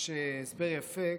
יש הסבר יפה,